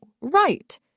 right